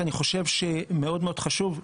ואני חושב שמאוד מאוד חשובה,